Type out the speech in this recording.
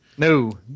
No